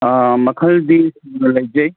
ꯃꯈꯜꯗꯤ ꯂꯩꯖꯩ